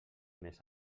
mes